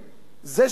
זה שעשוע?